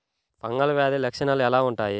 Fungal వ్యాధి లక్షనాలు ఎలా వుంటాయి?